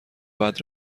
بعد